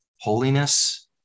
holiness